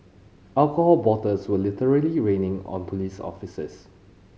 alcohol bottles were literally raining on police officers